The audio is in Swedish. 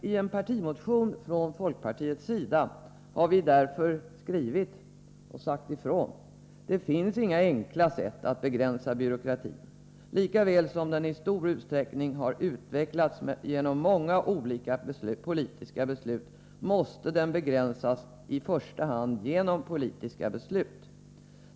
I en partimotion har vi folkpartister därför sagt: Det finns inga enkla sätt att begränsa byråkratin. Lika väl som den i stor utsträckning har utvecklats genom många olika politiska beslut, måste den begränsas i första hand genom politiska beslut.